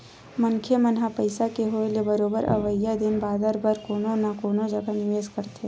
मनखे मन ह पइसा के होय ले बरोबर अवइया दिन बादर बर कोनो न कोनो जघा निवेस करथे